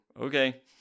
okay